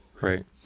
Right